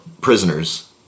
prisoners